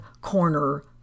corner